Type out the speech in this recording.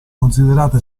considerate